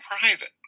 private